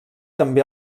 també